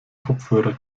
kopfhörer